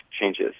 changes